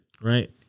right